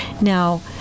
Now